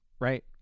Right